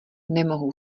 nemohu